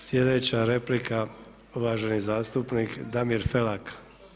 Sljedeća replika uvaženi zastupnik Damir Felak.